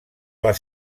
les